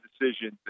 decisions